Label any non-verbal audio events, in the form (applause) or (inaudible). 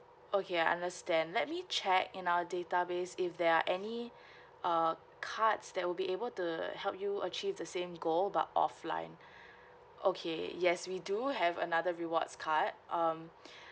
okay I understand let me check in our database if there are any (breath) uh cards that would be able to help you achieve the same goal but offline (breath) okay yes we do have another rewards card um (breath)